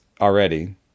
already